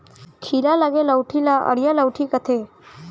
खीला लगे लउठी ल अरिया लउठी कथें